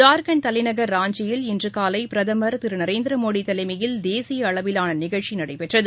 ஜார்க்கண்ட் தலைநகர் ராஞ்சியில் இன்று காலைபிரதமர் திருநரேந்திரமோடிதலைமையில் தேசியஅளவிலானநிகழ்ச்சிநடைபெற்றது